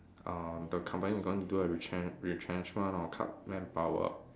uh the company is going to do a retren~ retrenchment or cut manpower